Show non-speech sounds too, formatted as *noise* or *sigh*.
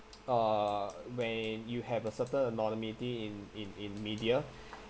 uh when you have a certain anonymity in in in media *breath*